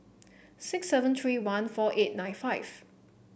six seven three one four eight nine five